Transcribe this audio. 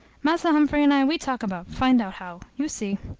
massa humphrey and i, we talk about, find out how you see.